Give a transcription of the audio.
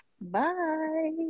Bye